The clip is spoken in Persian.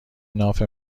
ناف